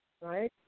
right